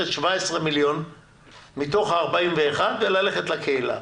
17 מיליון מתוך ה-41 וללכת לקהילה.